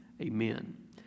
amen